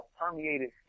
permeated